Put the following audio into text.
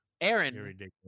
Aaron